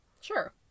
Sure